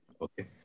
okay